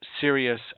serious